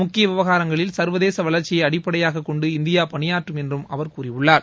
முக்கிய விவகாரங்களில் சள்வதேச வளர்ச்சியை அடிப்படையாகக் கொண்டு இந்தியா பனியாற்றம் என்று அவர் கறியுள்ளார்